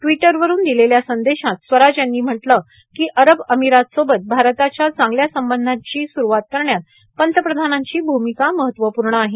ट्विटरवरून दिलेल्या संदेशात स्वराज यांनी म्हटलं की अरब अमिरातसोबत भारताच्या चांगल्या संबंधांची स्रूवात करण्यात पंतप्रधानांची भूमिका महत्वपूर्ण आहे